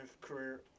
career